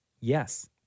yes